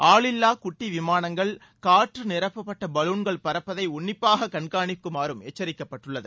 ஆளில்லா குட்டி விமானங்கள் காற்று நிரப்பப்பட்ட பலூன்கள் பறப்பதை உன்னிப்பாக கண்காணிக்குமாறும் எச்சரிக்கப்பட்டுள்ளது